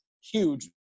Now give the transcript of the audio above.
huge